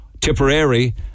Tipperary